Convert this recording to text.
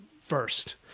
first